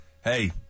hey